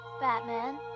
Batman